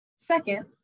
Second